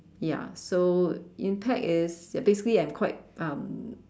ya so impact is ya basically I'm quite um